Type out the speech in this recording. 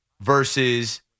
versus